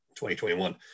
2021